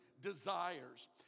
desires